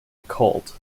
occult